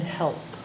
help